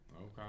Okay